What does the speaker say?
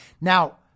Now